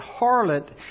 harlot